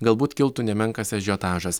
galbūt kiltų nemenkas ažiotažas